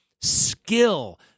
skill